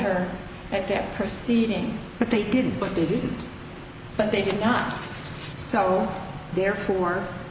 her at their proceeding but they didn't but they didn't but they did not so therefore